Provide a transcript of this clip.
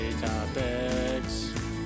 topics